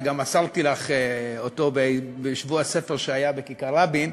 וגם מסרתי לך אותו בשבוע הספר שהיה בכיכר רבין,